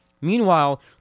Meanwhile